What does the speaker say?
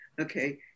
Okay